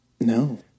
No